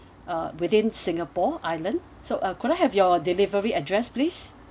uh within singapore island so uh could I have your delivery address please